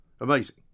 Amazing